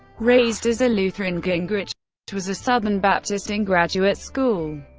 raised as a lutheran, gingrich was a southern baptist in graduate school.